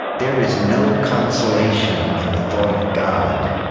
there is no consolation in the thought of god,